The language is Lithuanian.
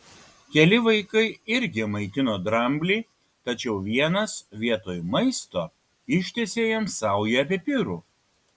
keli vaikai irgi maitino dramblį tačiau vienas vietoj maisto ištiesė jam saują pipirų